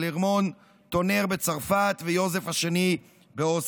קלרמון טונר בצרפת ויוזף השני באוסטריה?